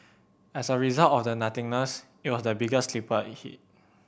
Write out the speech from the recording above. as a result of the nothingness it is the biggest sleeper hit